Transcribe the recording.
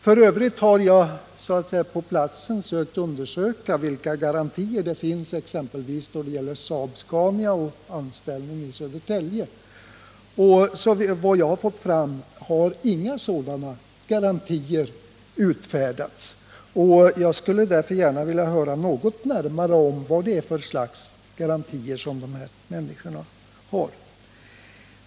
För övrigt har jag på platsen försökt undersöka vilka garantier som finns exempelvis då det gäller Saab-Scania och anställning i Södertälje. Såvitt jag har kunnat finna har inga sådana garantier utfärdats. Jag skulle därför gärna vilja höra något närmare om vad det är för garantier som gäller för de här människorna.